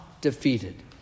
defeated